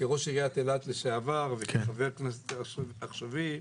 כראש עריית אילת לשעבר וכחה"כ העכשווי,